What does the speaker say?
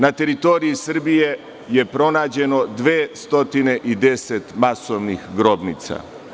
Na teritoriji Srbije je pronađeno 210 masovnih grobnica.